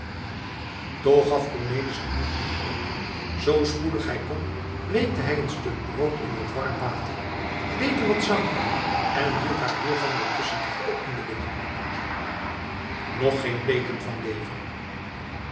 toch gaf cornelis den moed niet op zoo spoedig hij kon weekte hij een stuk brood in wat warm water deed er wat zout bij en hield haar hiervan wat tusschen de geopende lippen nog geen teeken van leven